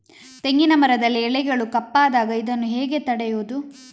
ತೆಂಗಿನ ಮರದಲ್ಲಿ ಎಲೆಗಳು ಕಪ್ಪಾದಾಗ ಇದನ್ನು ಹೇಗೆ ತಡೆಯುವುದು?